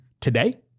today